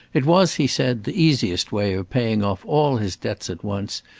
it was, he said, the easiest way of paying off all his debts at once,